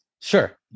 sure